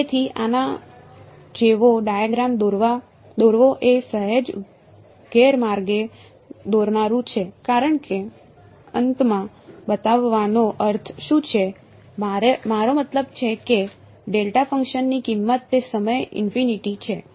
તેથી આના જેવો ડાયાગ્રામ દોરવો એ સહેજ ગેરમાર્ગે દોરનારું છે કારણ કે અનંતમાં બતાવવાનો અર્થ શું છે મારો મતલબ છે કે ડેલ્ટા ફંક્શનની કિંમત તે સમયે ઇનફીનીટી છે